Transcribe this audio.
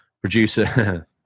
producer